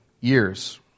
years